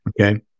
Okay